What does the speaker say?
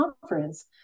conference